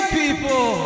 people